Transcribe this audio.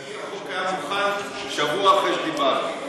לדעתי, החוק היה מוכן שבוע אחרי שדיברתי.